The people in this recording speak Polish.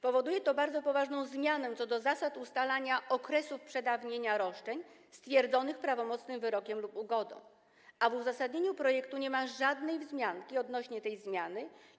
Powoduje to bardzo poważną zmianę co do zasad ustalania okresu przedawnienia roszczeń stwierdzonych prawomocnym wyrokiem lub ugodą, a w uzasadnieniu projektu nie ma żadnej wzmianki odnośnie do tej zmiany.